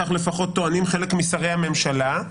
כך לפחות טוענים חלק משרי הממשלה,